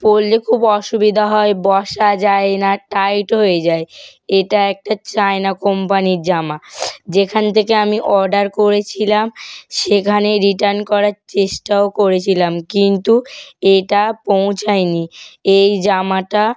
পরলে খুব অসুবিধা হয় বসা যায় না টাইট হয়ে যায় এটা একটা চায়না কোম্পানির জামা যেখান থেকে আমি অর্ডার করেছিলাম সেখানে রিটার্ন করার চেষ্টাও করেছিলাম কিন্তু এটা পৌঁছায় নি এই জামাটা